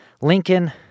Lincoln